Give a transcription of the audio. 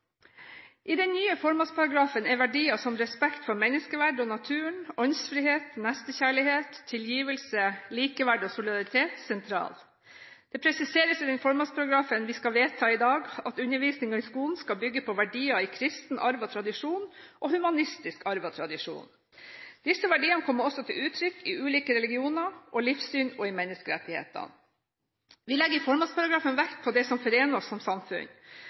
den gang: «I den nye formålsparagrafen er verdier som respekt for menneskeverdet og naturen, åndsfrihet, nestekjærlighet, tilgivelse, likeverd og solidaritet sentrale. Det presiseres i den formålsparagrafen vi skal vedta i dag, at undervisningen i skolen skal bygge på verdier i kristen arv og tradisjon og humanistisk arv og tradisjon. Disse verdiene kommer også til uttrykk i ulike religioner og livssyn og i menneskerettighetene. Vi legger i formålsparagrafen vekt på det som forener oss som samfunn.